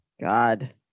God